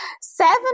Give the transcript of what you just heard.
Seven